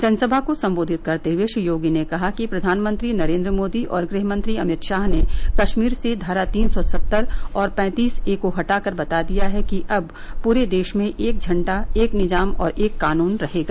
जनसभा को सम्बोधित करते हुए श्री योगी ने कहा कि प्रधानमंत्री नरेन्द्र मोदी और गृह मंत्री अमित शाह ने कश्मीर से धारा तीन सौ सत्तर और पैंतीस ए को हटा कर बता दिया है कि अब पूरे देश में एक झण्डा एक निजाम और एक कानून रहेगा